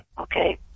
Okay